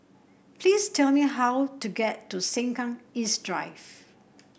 please tell me how to get to Sengkang East Drive